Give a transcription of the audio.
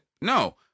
No